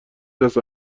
دست